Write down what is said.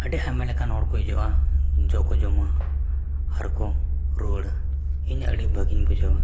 ᱟᱹᱰᱤ ᱟᱭᱢᱟ ᱞᱮᱠᱟᱱ ᱦᱚᱲᱠᱚ ᱦᱤᱡᱩᱜᱼᱟ ᱡᱚ ᱠᱚ ᱡᱚᱢᱟ ᱟᱨ ᱠᱚ ᱨᱩᱣᱟᱹᱲᱟ ᱤᱧ ᱟᱹᱰᱤ ᱵᱷᱟᱹᱜᱮᱧ ᱵᱩᱡᱷᱟᱹᱣᱟ